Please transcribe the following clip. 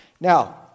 Now